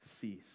cease